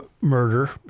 murder